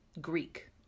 greek